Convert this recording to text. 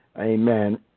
Amen